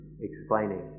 explaining